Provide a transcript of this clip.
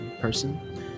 person